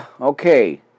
Okay